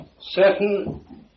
certain